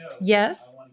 Yes